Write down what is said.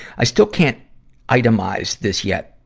i still can't itemize this yet,